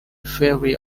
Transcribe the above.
vary